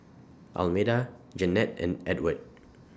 Almeda Jennette and Edward